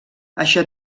això